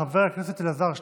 חבר הכנסת אלעזר שטרן,